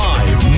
Live